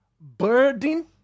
burden